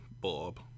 Bob